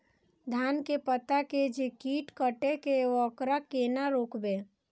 धान के पत्ता के जे कीट कटे छे वकरा केना रोकबे?